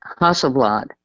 Hasselblad